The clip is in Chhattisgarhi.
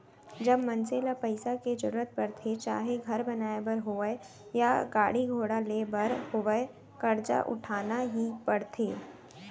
जब मनसे ल पइसा के जरुरत परथे चाहे घर बनाए बर होवय या गाड़ी घोड़ा लेय बर होवय करजा उठाना ही परथे